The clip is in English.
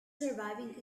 surviving